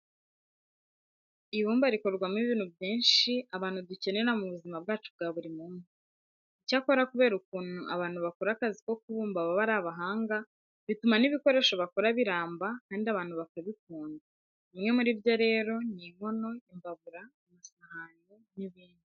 Ibumba rikorwamo ibintu byinshi abantu dukenera mu bizima bwacu bwa buri munsi. Icyakora kubera ukuntu abantu bakora akazi ko kubumba baba ari abahanga, bituma n'ibikoresho bakora biramba kandi abantu bakabikunda. Bimwe muri byo rero ni inkono, imbabura, amasahane n'ibindi.